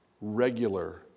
regular